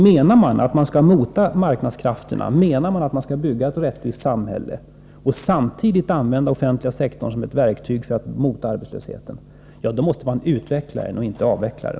Menar man att man skall mota marknadskrafterna, menar man att man skall bygga ett rättvist samhälle och samtidigt använda den offentliga sektorn som ett verktyg för att mota arbetslösheten, då måste man utveckla den offentliga sektorn och inte avveckla den.